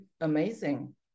amazing